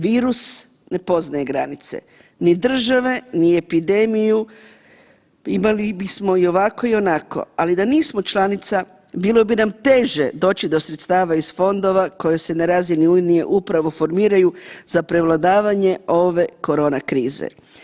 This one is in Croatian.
Virus ne poznaje granice, ni države, ni epidemiju imali bismo i ovako i onako, ali da nismo članica bilo bi nam teže doći do sredstava iz fondova koje se na razini unije upravo formiraju za prevladavanje ove korona krize.